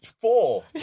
Four